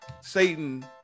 Satan